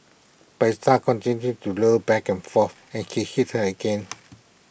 but his star continued to low back and forth and he hit her again